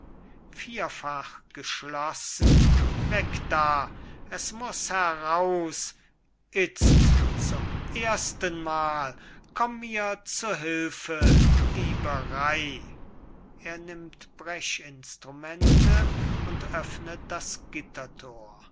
vierfach geschlossen weg da es muß heraus itzt zum erstenmal komm mir zu hülfe dieberey er nimmt brechinstrumente und öffnet das gitterthor